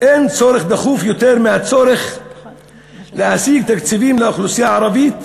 אין צורך דחוף יותר מהצורך להשיג תקציבים לאוכלוסייה הערבית,